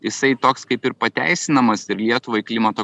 jisai toks kaip ir pateisinamas ir lietuvai klimato